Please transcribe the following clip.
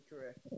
correct